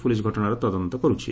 police ଘଟଣାର ତଦନ୍ତ କରୁଛି